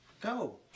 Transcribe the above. go